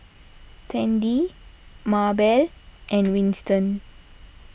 Tandy Maebell and Winston